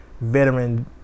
veteran